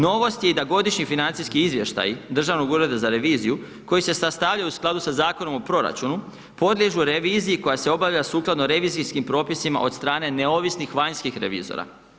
Novost je da i godišnji financijski izvještaj Državnog ureda za reviziju, koji se sastavljaju u skladu sa Zakonom o proračunu, podliježu reviziji koja se obavlja sukladno revizijskim propisima od strane neovisnih vanjskih revizora.